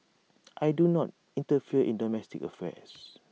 I do not interfere in domestic affairs